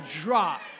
drop